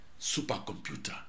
Supercomputer